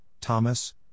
Thomas